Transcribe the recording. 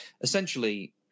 essentially